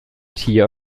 tier